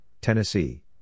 Tennessee